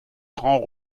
grand